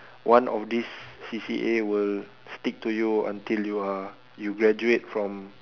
one of these C_C_A will stick to you until you are you graduate from